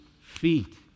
feet